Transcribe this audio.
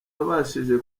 wabashije